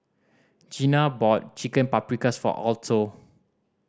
Jeana bought Chicken Paprikas for Alto